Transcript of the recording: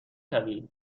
شوی